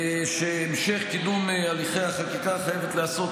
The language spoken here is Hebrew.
המשך קידום הליכי החקיקה חייב להיעשות